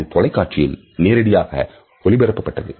அது தொலைக்காட்சிகளில் நேரடியாக ஒளிபரப்பப்பட்டது